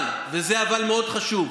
אבל, וזה אבל מאוד חשוב,